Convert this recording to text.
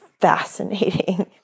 fascinating